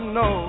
no